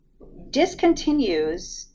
discontinues